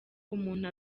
umuntu